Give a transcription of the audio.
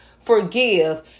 forgive